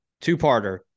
two-parter